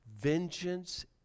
Vengeance